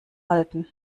halten